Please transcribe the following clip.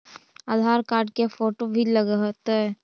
आधार card के photo भी लग तै?